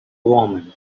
warming